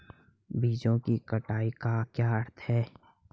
बीजों की कटाई का क्या अर्थ है?